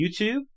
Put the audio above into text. YouTube